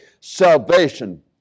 Salvation